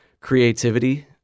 creativity